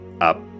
up